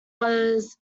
was